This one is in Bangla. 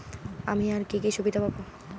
আমি আর কি কি সুবিধা পাব?